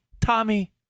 Tommy